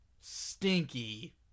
Stinky